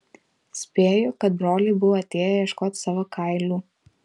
spėju kad broliai buvo atėję ieškot savo kailių